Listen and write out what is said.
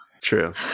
True